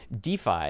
DeFi